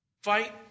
Fight